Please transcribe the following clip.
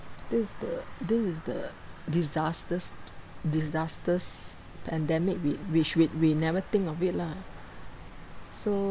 this is the this is the disasters disasters and damage we which we'd we never think of it lah so